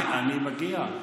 אני מגיע,